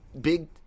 big